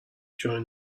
joined